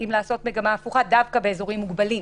לעשות מגמה הפוכה דווקא באזורים מוגבלים.